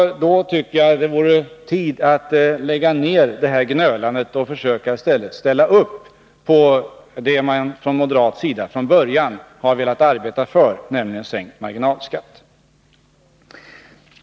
Jag tycker det vore tid att sluta med gnölandet och i stället arbeta för vad moderaterna från början velat åstadkomma, nämligen en sänkt marginalskatt.